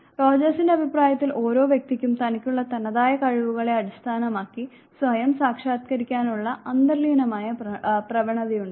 റോജഴ്സിന്റെ അഭിപ്രായത്തിൽ ഓരോ വ്യക്തിക്കും തനിക്കുള്ള തനതായ കഴിവുകളെ അടിസ്ഥാനമാക്കി സ്വയം സാക്ഷാത്കരിക്കാനുള്ള അന്തർലീനമായ പ്രവണതയുണ്ട്